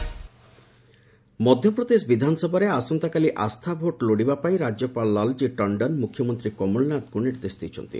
MP floor test Madhya Pradesh ବିଧାନସଭାରେ ଆସନ୍ତାକାଲି ଆସ୍ଥା ଭୋଟ ଲୋଡ଼ିବା ପାଇଁ ରାଜ୍ୟପାଳ ଲାଲଜୀ ଟଣ୍ଡନ ମୁଖ୍ୟମନ୍ତ୍ରୀ କମଳନାଥଙ୍କୁ ନିର୍ଦ୍ଦେଶ ଦେଇଛନ୍ତି